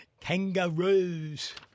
Kangaroos